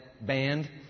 band